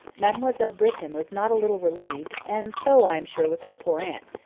mademoiselle britton was not a little relieved, and so, i am sure, was her poor aunt,